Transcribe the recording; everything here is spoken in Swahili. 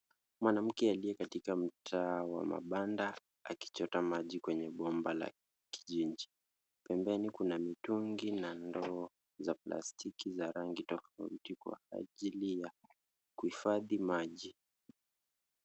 Mwanamke aliyekatika mtaa wa mabanda akichota maji kwenye bomba la kijinji. Pembeni kuna mitungi na ndoo za plastiki za rangi tofauti kwa ajili ya kuhifadhi maji.